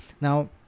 now